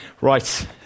Right